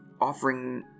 offering